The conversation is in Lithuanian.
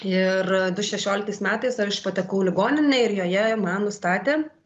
ir du šešioliktais metais aš patekau ligoninę ir joje man nustatė